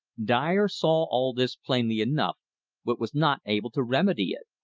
dyer saw all this plainly enough, but was not able to remedy it.